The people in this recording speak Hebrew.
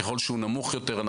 ככל שהוא נמוך יותר,